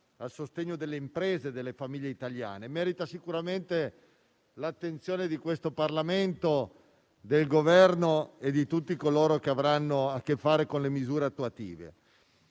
al sostegno delle imprese e delle famiglie italiane e merita sicuramente l'attenzione di questo Parlamento, del Governo e di tutti coloro che avranno a che fare con le misure attuative.